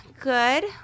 Good